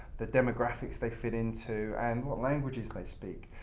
the demographics they fit into and what languages they speak.